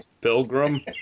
Pilgrim